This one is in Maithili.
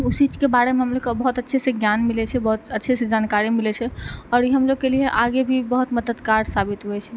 ओ चीज के बारे मे हमलोग के बहुत अच्छे से ज्ञान मिलै छै बहुत अच्छे सँ जानकारी मिलै छै और ई हमलोग के लिए आगे भी बहुत मददगार साबित होइ छै